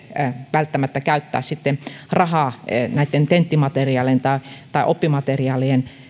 välttämättä käyttää rahaa näitten tenttimateriaalien tai tai oppimateriaalien